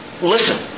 listen